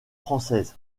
française